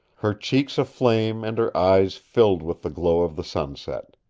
her cheeks aflame and her eyes filled with the glow of the sunset.